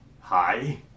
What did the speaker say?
hi